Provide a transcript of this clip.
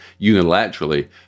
unilaterally